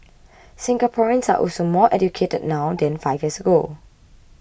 Singaporeans are also more educated now than five years ago